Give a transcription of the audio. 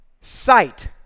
sight